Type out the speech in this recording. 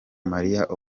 marie